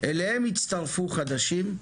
אליהם יצטרפו חדשים,